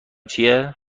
چیه